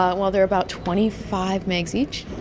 ah well, they're about twenty five megs each.